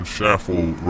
Shuffle